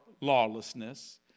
lawlessness